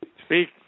Speak